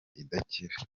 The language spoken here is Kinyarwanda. idakira